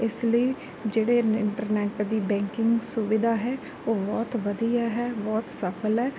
ਇਸ ਲਈ ਜਿਹੜੇ ਇੰਟਰਨੈੱਟ ਦੀ ਬੈਂਕਿੰਗ ਸੁਵਿਧਾ ਹੈ ਉਹ ਬਹੁਤ ਵਧੀਆ ਹੈ ਬਹੁਤ ਸਫਲ ਹੈ